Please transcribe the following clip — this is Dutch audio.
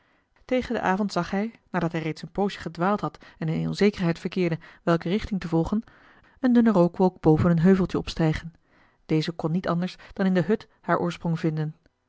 tegen den avond zag hij nadat hij reeds een poosje gedwaald had en in onzekerheid verkeerde welke richting te volgen eene dunne rookwolk boven een heuveltje opstijgen deze kon niet anders dan in de hut haar oorsprong vinden